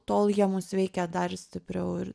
tol jie mus veikia dar stipriau ir